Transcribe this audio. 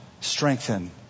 strengthen